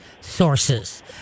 sources